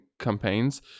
campaigns